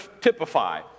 typify